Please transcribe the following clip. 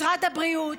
משרד הבריאות,